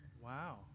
Wow